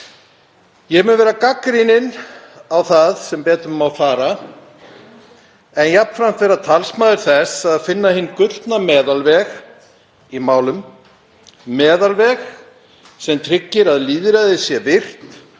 Ég mun verða gagnrýninn á það sem betur má fara en jafnframt talsmaður þess að finna hinn gullna meðalveg í málum, meðalveg sem tryggir að lýðræðið sé virkt